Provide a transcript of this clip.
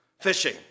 fishing